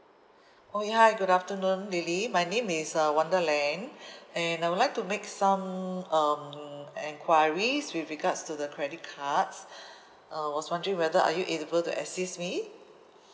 oh hi good afternoon lily my name is uh wonderland and I would like to make some um enquiries with regards to the credit cards uh was wondering whether are you able to assist me